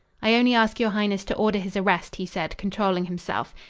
i only ask your highness to order his arrest, he said, controlling himself.